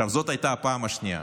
היום זו הייתה הפעם השנייה,